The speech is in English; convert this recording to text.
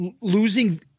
losing